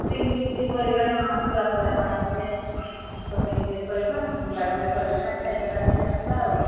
shopping ବି ଟିକେ କରିବା ହଁ ଛୁଆପିଲା ପାଇଁ ଟିକେ ସପିଂ ଟିକେ କରିବା ବୁଲାବୁଲି କରିକିନା ଖାଇଖୁଆକି ଆସିବା ଆଉ